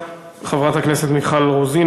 חברת הכנסת מיכל רוזין,